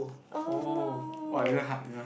oh no